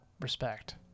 respect